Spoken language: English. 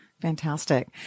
Fantastic